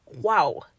wow